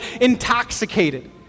intoxicated